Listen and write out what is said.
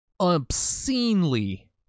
obscenely